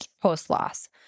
post-loss